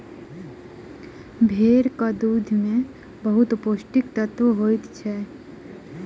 भेड़क दूध में बहुत पौष्टिक तत्व होइत अछि